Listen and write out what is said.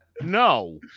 No